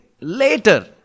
later